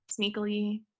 sneakily